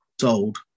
Sold